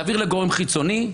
להעביר לגורם חיצוני,